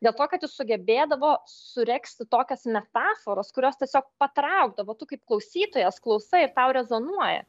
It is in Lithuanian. dėl to kad jis sugebėdavo suregzti tokias metaforas kurios tiesiog patraukdavo tu kaip klausytojas klausai ir tau rezonuoja